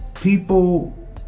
people